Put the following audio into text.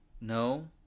No